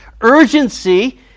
urgency